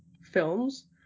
films